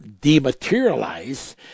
dematerialize